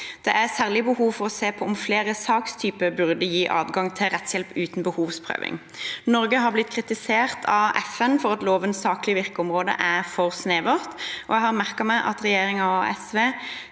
Det er særlig behov for å se på om flere sakstyper burde gi adgang til rettshjelp uten behovsprøving. Norge har blitt kritisert av FN for at lovens saklige virkeområde er for snevert, og jeg har merket meg at regjeringen og SV